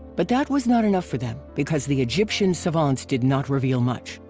but that was not enough for them because the egyptian savants did not reveal much.